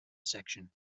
section